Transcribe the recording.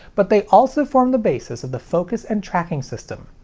but they also forms the basis of the focus and tracking system.